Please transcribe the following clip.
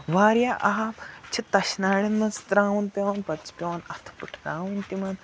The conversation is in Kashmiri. واریاہ آب چھِ تَشہِ نارٮ۪ن منٛز تہِ ترٛاوُن پٮ۪وان پَتہٕ چھِ پٮ۪وان اَتھٕ پٔٹھراوٕنۍ تِمَن